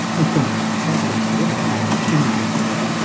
methinks the something dwelleth in myself,